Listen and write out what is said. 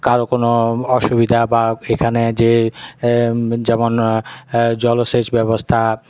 কারো কোনো অসুবিধা বা এখানে যে যেমন জলসেচ ব্যবস্থা